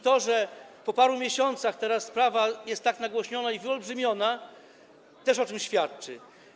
To, że po paru miesiącach sprawa jest teraz tak nagłośniona i wyolbrzymiona, też o czymś świadczy.